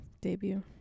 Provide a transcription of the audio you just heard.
debut